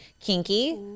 kinky